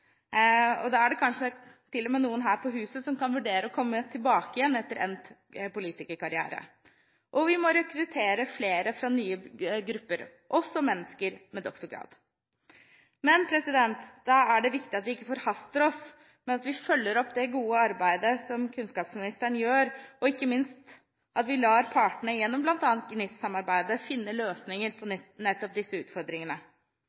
og da er det kanskje til og med noen her på huset som kan vurdere å komme tilbake igjen etter endt politikerkarriere. Vi må også rekruttere flere fra nye grupper, også mennesker med doktorgrad. Men da er det viktig at vi ikke forhaster oss, men at vi følger opp det gode arbeidet som kunnskapsministeren gjør, og ikke minst at vi lar partene gjennom bl.a. GNIST-arbeidet finne løsninger på nettopp disse utfordringene.